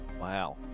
Wow